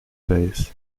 base